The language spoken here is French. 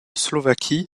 slovaquie